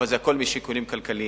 אבל זה הכול משיקולים כלכליים.